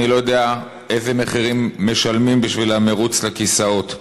אני לא יודע איזה מחירים משלמים בשביל המירוץ לכיסאות.